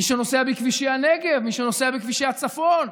מי שנוסע בכבישי הנגב, מי שנוסע בכבישי הצפון.